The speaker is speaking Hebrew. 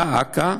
דא עקא,